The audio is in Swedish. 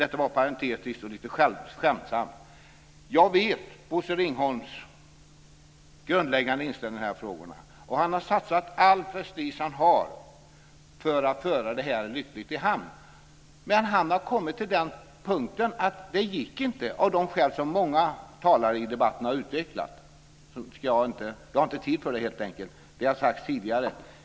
Jag känner till Bosse Ringholms grundläggande inställning i dessa frågor. Han har satsat all prestige han har för att föra detta lyckligt i hamn, men han kom till en punkt där det inte gick av de skäl som många talare i debatten har utvecklat. Jag har inte tid för att ta upp det, helt enkelt. Det har sagts tidigare.